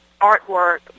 artwork